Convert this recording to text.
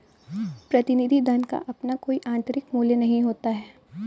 प्रतिनिधि धन का अपना कोई आतंरिक मूल्य नहीं होता है